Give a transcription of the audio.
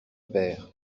pêr